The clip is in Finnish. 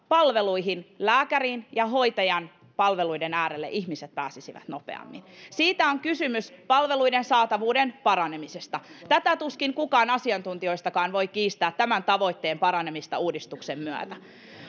palveluihin lääkärin ja hoitajan palveluiden äärelle ihmiset pääsisivät nopeammin siitä on kysymys palveluiden saatavuuden paranemisesta tätä tuskin kukaan asiantuntijoistakaan voi kiistää tämän tavoitteen paranemista uudistuksen myötä